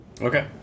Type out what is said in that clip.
Okay